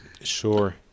Sure